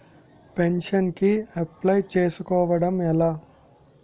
Pension కి apply చేసుకోవడం ఎలా?